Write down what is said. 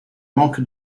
manque